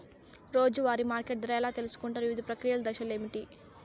రోజూ వారి మార్కెట్ ధర ఎలా తెలుసుకొంటారు వివిధ ప్రక్రియలు దశలు ఏవి?